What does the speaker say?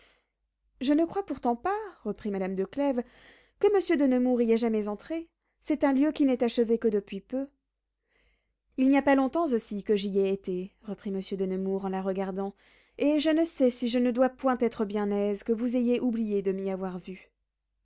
je ne crois pourtant pas reprit madame de clèves que monsieur de nemours y ait jamais entré c'est un lieu qui n'est achevé que depuis peu il n'y a pas longtemps aussi que j'y ai été reprit monsieur de nemours en la regardant et je ne sais si je ne dois point être bien aise que vous ayez oublié de m'y avoir vu